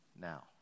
now